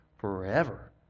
forever